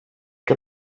que